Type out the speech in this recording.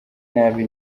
nabi